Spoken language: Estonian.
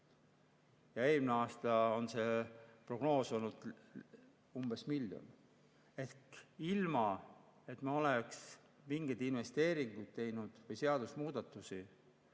Eelmine aasta on see prognoos olnud umbes miljon. Ehk siis ilma, et me oleks mingeid investeeringuid või seadusemuudatusi